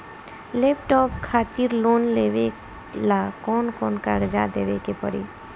Laptop खातिर loan लेवे ला कौन कौन कागज देवे के पड़ी?